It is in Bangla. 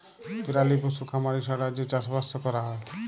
পেরালি পশু খামারি ছাড়া যে চাষবাসট ক্যরা হ্যয়